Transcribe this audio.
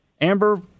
Amber